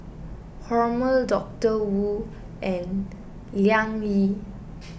Hormel Doctor Wu and Liang Yi